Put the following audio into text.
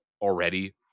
already